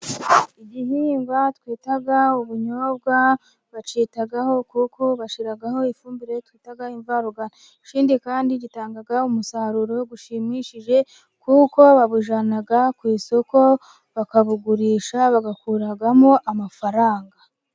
Igihingwa twita ubunyobwa bakitaho kuko bashyiraho ifumbire twita imvaruganda. Ikindi kandi gitanga umusaruro ushimishije, kuko babujyana ku isoko, bakabugurisha, bagakuramo amafaranga.